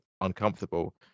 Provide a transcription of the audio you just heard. uncomfortable